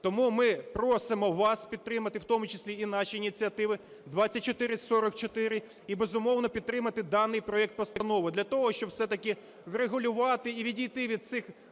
Тому ми просимо вас підтримати в тому числі і наші ініціативи – 2444, і, безумовно, підтримати даний проект постанови для того, щоб все-таки врегулювати і відійти від цих